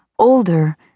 older